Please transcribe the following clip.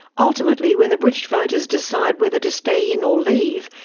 ultimately, when the british voters decide whether to stay in or leave,